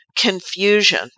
confusion